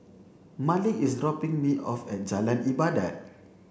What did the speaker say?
Malik is dropping me off at Jalan Ibadat